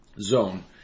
zone